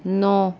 नौ